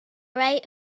right